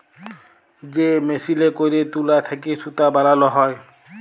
যে মেসিলে ক্যইরে তুলা থ্যাইকে সুতা বালাল হ্যয়